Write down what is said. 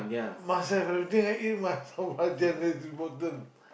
must have everything I eat must have belacan that's important